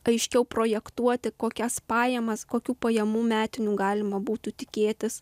aiškiau projektuoti kokias pajamas kokių pajamų metinių galima būtų tikėtis